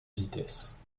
vitesses